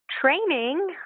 training